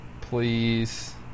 Please